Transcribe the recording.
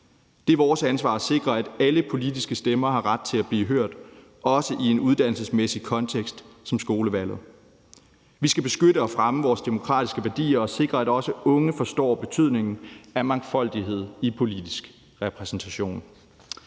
Det er vores ansvar at sikre, at alle politiske stemmer har ret til at blive hørt, også i en uddannelsesmæssig kontekst som skolevalget. Vi skal beskytte og fremme vores demokratiske værdier og sikre, at også unge forstår betydningen af mangfoldighed i politisk repræsentation.